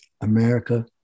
America